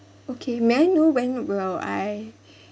okay may I know when will I